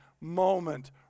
moment